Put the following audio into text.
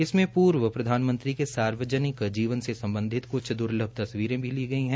इसमें पूर्व प्रधानमंत्री के सार्वजनिक जीवन से सम्बधित कुछ द्र्लभ तस्वीरें भी ली गई है